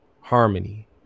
Harmony